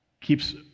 keeps